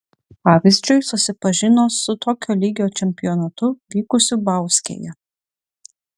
pavyzdžiui susipažino su tokio lygio čempionatu vykusiu bauskėje